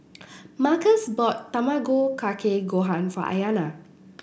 Markus bought Tamago Kake Gohan for Ayanna